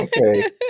okay